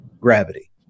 gravity